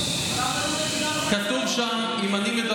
אדוני השר, אז למה, על